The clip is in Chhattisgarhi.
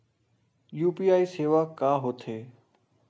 यू.पी.आई सेवा का होथे?